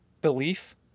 belief